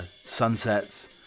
sunsets